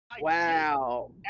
Wow